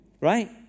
right